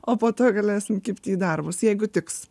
o po to galėsim kibti į darbus jeigu tiks